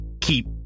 keep